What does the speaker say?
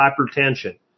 hypertension